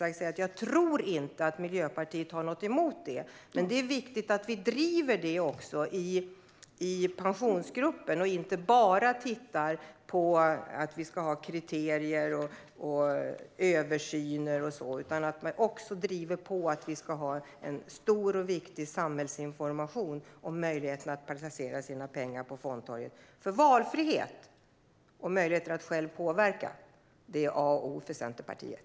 Jag tror uppriktigt sagt inte att Miljöpartiet har någonting emot det. Men det är viktigt att vi också driver detta i Pensionsgruppen och inte bara talar om kriterier, översyn och så vidare. Vi måste också driva på för en omfattande samhällsinformation om den viktiga möjligheten att placera sina pengar på fondtorget. Valfrihet och möjligheter att själv påverka är A och O för Centerpartiet.